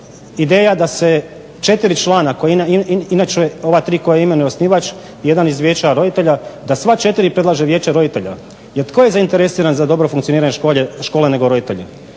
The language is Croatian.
ideja da se 4 člana koja inače, ova tri koja imenuje osnivač jedan iz vijeća roditelja da sva četiri predlaže vijeće roditelja. Jer tko je zainteresiran za dobro funkcioniranje škole nego roditelji.